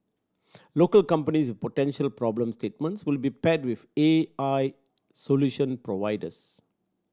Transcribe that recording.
local companies with potential problem statements will be paired with A I solution providers